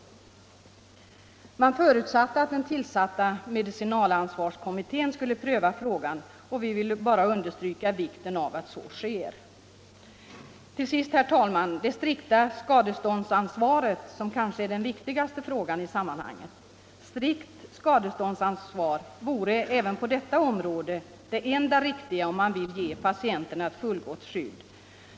Utskottet förutsatte att den tillsatta medicinalansvarskommittén skulle pröva frågan, och vi vill understryka vikten av att så sker. Till sist, herr talman, något om det strikta skadeståndsansvaret, som kanske är den viktigaste frågan i sammanhanget. Ett sådant ansvar vore även på detta område det enda riktiga om man vill ge patienterna ett fullgott skydd.